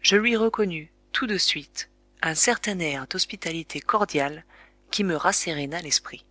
je lui reconnus tout de suite un certain air d'hospitalité cordiale qui me rasséréna l'esprit